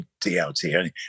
DLT